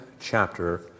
chapter